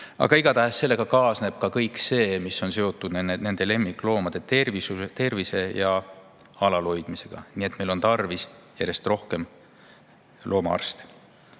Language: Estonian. Igatahes kaasneb sellega kõik see, mis on seotud lemmikloomade tervise ja alalhoidmisega. Nii et meil on tarvis järjest rohkem loomaarste.